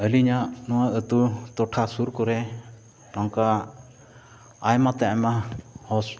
ᱟᱹᱞᱤᱧᱟᱜ ᱱᱚᱣᱟ ᱟᱹᱛᱩ ᱴᱚᱴᱷᱟ ᱥᱩᱨ ᱠᱚᱨᱮ ᱱᱚᱝᱠᱟ ᱟᱭᱢᱟᱛᱮ ᱟᱭᱢᱟ